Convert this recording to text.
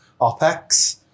opex